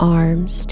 arms